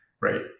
right